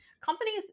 companies